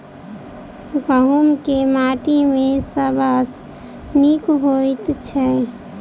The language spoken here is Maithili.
गहूम केँ माटि मे सबसँ नीक होइत छै?